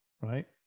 right